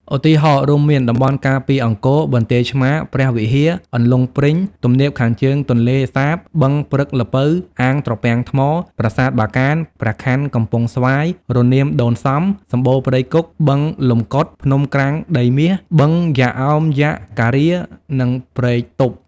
ឧទាហរណ៍រួមមាន តំបន់ការពារអង្គរ បន្ទាយឆ្មារ ព្រះវិហារ អន្លង់ព្រីង ទំនាបខាងជើងទន្លេសាប បឹងព្រឹកល្ពៅ អាងត្រពាំងថ្ម ប្រាសាទបាកាន ព្រះខ័នកំពង់ស្វាយ រនាមដូនសំ សំបូរព្រៃគុក បឹងលំកុដ ភ្នំក្រាំងដីមាស បឹងយ៉ាកអោមយ៉ាកការា និងព្រែកទប់។